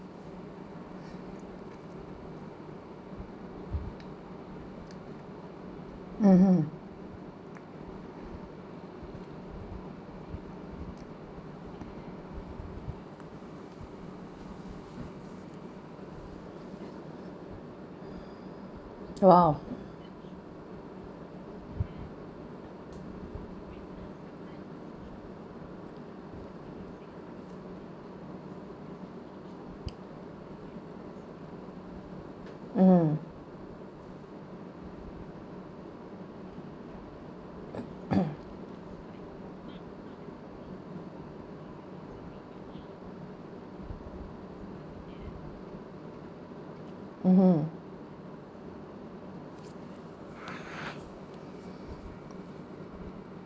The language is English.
mmhmm !wow! mm mmhmm